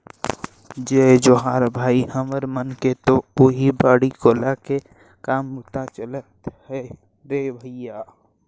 जय जोहार भाई, हमर मन के तो ओहीं बाड़ी कोला के काम बूता चलत हे रे भइया